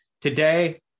today